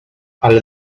ale